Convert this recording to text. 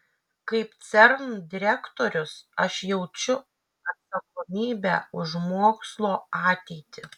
kaip cern direktorius aš jaučiu atsakomybę už mokslo ateitį